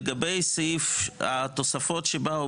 לגבי הסעיף, התוספות שבאו